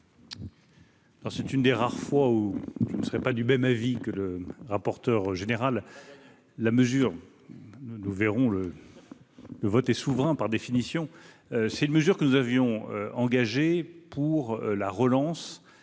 c'est une des rares fois où je ne serai pas du même avis que le rapporteur général, la mesure ne nous verrons le le vote est souverain, par définition, c'est une mesure que nous avions engagé pour la relance